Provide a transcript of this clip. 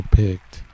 picked